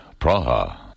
Praha